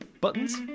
Buttons